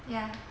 ya